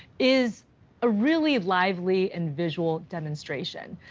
is a really lively and visual demonstration.